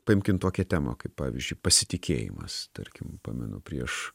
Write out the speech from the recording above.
paimkim tokią temą kaip pavyzdžiui pasitikėjimas tarkim pamenu prieš